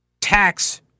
tax